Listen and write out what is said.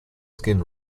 skin